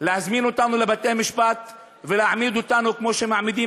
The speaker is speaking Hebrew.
להזמין אותנו לבתי-משפט ולהעמיד אותנו כמו שמעמידים